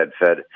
fed